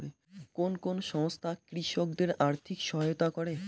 কোন কোন সংস্থা কৃষকদের আর্থিক সহায়তা করে?